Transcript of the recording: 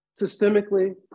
systemically